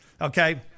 Okay